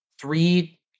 three